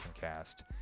cast